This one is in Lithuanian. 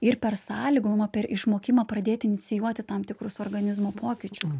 ir per sąlygojimą per išmokimą pradėti inicijuoti tam tikrus organizmo pokyčius